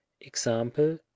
Example